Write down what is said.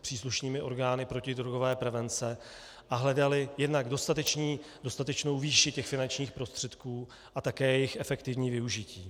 příslušnými orgány protidrogové prevence a hledaly jednak dostatečnou výši finančních prostředků a také jejich efektivní využití.